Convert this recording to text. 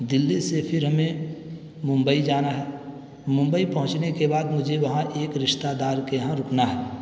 دلّی سے پھر ہمیں ممبئی جانا ہے ممبئی پہنچنے کے بعد مجھے وہاں ایک رشتہ دار کے یہاں رکنا ہے